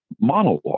monologue